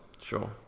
Sure